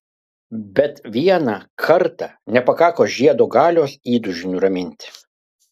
bet vieną kartą nepakako žiedo galios įtūžiui nuraminti